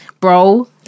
bro